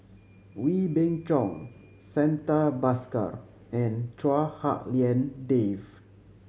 Wee Beng Chong Santha Bhaskar and Chua Hak Lien Dave